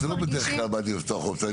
זה לא בדרך כלל בעד לפתוח אופציות.